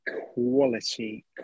quality